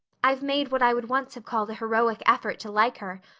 i've made what i would once have called a heroic effort to like her,